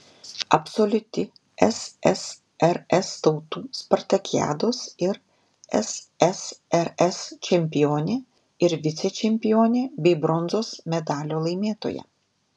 absoliuti ssrs tautų spartakiados ir ssrs čempionė ir vicečempionė bei bronzos medalio laimėtoja